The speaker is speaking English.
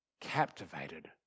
captivated